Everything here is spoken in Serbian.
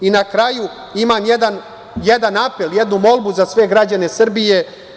Na kraju imam jedan apel, jednu molbu za sve građane Srbije.